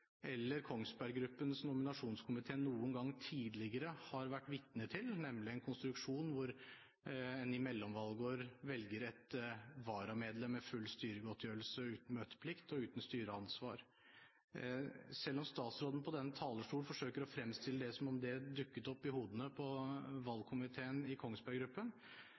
eller Kongsberg Gruppens nominasjonskomité noen gang tidligere har vært vitne til, nemlig en konstruksjon hvor en i et mellomvalgår velger et varamedlem med full styregodtgjørelse, men uten møteplikt og uten styreansvar. Statsråden forsøker fra denne talerstol å fremstille det som om det dukket opp i hodene på valgkomiteen i Kongsberg Gruppen.